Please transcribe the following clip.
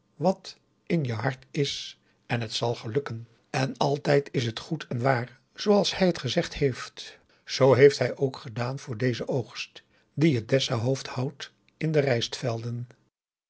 wat in je hart is en het zal je gelukken en altijd is het goed en waar zooals hij het gezegd heeft zoo heeft hij ook gedaan voor dezen oogst dien het dessa hoofd houdt in de